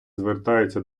звертаються